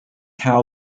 how